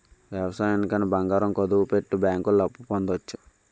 వ్యవసాయానికి అని బంగారం కుదువపెట్టి బ్యాంకుల్లో అప్పు పొందవచ్చు